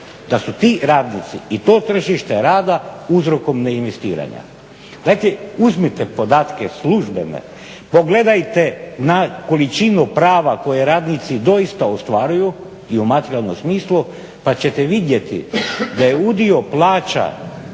da su ti radnici i to tržište rada uzrokom neinvestiranja? Dajte, uzmite podatke službene pogledajte na količinu prava koje radnici doista ostvaruju i u materijalnom smislu pa ćete vidjeti da je udio plaća